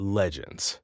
legends